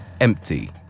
empty